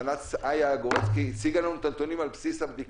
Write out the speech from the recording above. סנ"צ איה גורצקי הציגה לנו את הנתונים על בסיס הבדיקה הזאת.